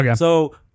Okay